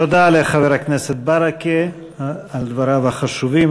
תודה לחבר הכנסת ברכה על דבריו החשובים.